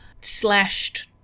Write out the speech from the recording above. slashed